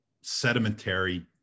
sedimentary